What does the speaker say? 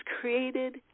created